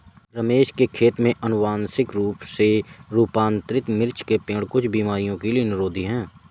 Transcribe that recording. रमेश के खेत में अनुवांशिक रूप से रूपांतरित मिर्च के पेड़ कुछ बीमारियों के लिए निरोधी हैं